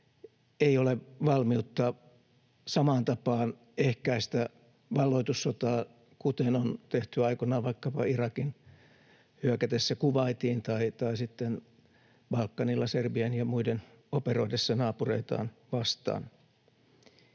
ei ole valmiutta samaan tapaan ehkäistä valloitussotaa, kuten on tehty aikoinaan vaikkapa Irakin hyökätessä Kuwaitiin tai sitten Balkanilla serbien ja muiden operoidessa naapureitaan vastaan.